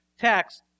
text